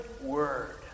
word